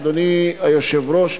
אדוני היושב-ראש,